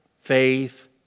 faith